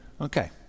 Okay